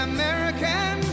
American